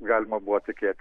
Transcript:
galima buvo tikėtis